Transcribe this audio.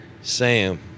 Sam